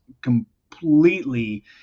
completely